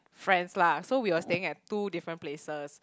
friends lah so we were staying at two different places